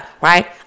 right